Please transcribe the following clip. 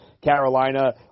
Carolina